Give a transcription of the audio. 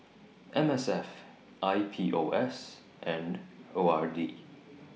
M S F I P O S and O R D